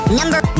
number